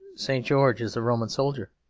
st. george is a roman soldier.